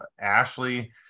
Ashley